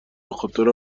بخاطر